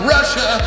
Russia